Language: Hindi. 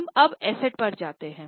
हम अब एसेट पर जाते हैं